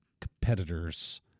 competitors